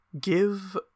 give